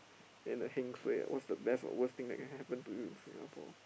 then the heng suay what's the best or worst thing that can happen to you in Singapore